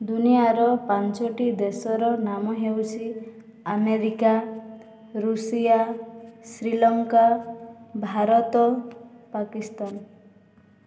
ଦୁନିଆଁର ପାଞ୍ଚୋଟି ଦେଶର ନାମ ହେଉଛି ଆମେରିକା ଋଷିଆ ଶ୍ରୀଲଙ୍କା ଭାରତ ପାକିସ୍ତାନ